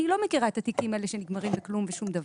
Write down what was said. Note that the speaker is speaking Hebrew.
אני לא מכירה את התיקים האלה שנגמרים בכלום ושום דבר.